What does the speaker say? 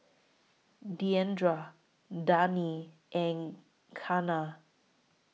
Diandra Daneen and Kianna